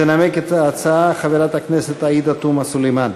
תנמק את ההצעה חברת הכנסת עאידה תומא סלימאן.